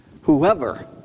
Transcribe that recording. Whoever